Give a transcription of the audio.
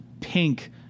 pink